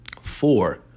Four